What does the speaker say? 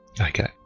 Okay